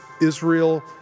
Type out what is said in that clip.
Israel